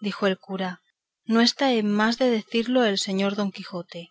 dijo el cura no está en más de decirlo el señor don quijote